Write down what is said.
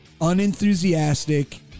unenthusiastic